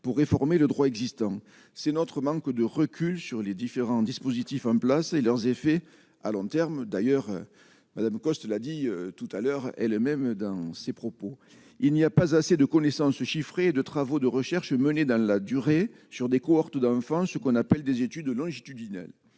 pour réformer le droit existant, c'est notre manque de recul sur les différents dispositifs en place et leurs effets à long terme, d'ailleurs, Madame Coste l'a dit tout à l'heure et le même dans ses propos, il n'y a pas assez de connaissances, de travaux de recherche menée dans la durée, sur des cohortes d'enfants ce qu'on appelle des études longitudinales,